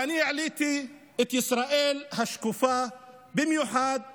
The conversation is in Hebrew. ואני העליתי את ישראל השקופה, במיוחד בנגב,